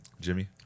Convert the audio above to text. Jimmy